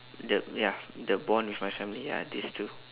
the ya the bond with my family ah these two